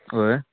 वय